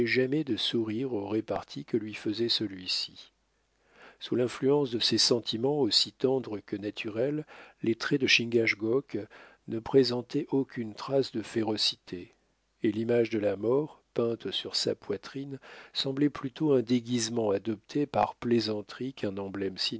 jamais de sourire aux reparties que lui faisait celui-ci sous l'influence de ces sentiments aussi tendres que naturels les traits de chingachgook ne présentaient aucune trace de férocité et l'image de la mort peinte sur sa poitrine semblait plutôt un déguisement adopté par plaisanterie qu'un emblème